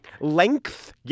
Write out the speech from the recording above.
Length